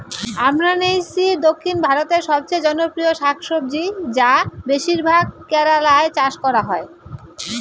আমরান্থেইসি দক্ষিণ ভারতের সবচেয়ে জনপ্রিয় শাকসবজি যা বেশিরভাগ কেরালায় চাষ করা হয়